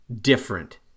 different